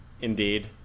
Indeed